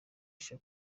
iki